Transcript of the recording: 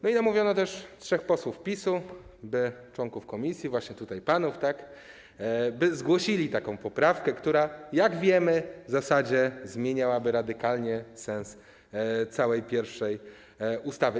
Namówiono trzech posłów PiS-u, członków komisji, właśnie tutaj panów, by zgłosili taką poprawkę, która - jak wiemy - w zasadzie zmieniałaby radykalnie sens całej pierwszej ustawy.